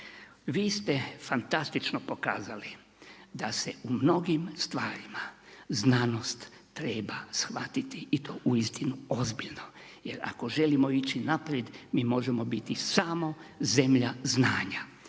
Vi ste fantastično pokazali da se u mnogim stvarima znanost treba shvatiti i to uistinu ozbiljno jer ako želimo ići naprijed, mi možemo biti samo zemlja znanja.